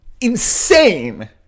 Insane